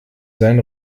sein